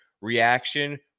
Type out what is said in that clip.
reaction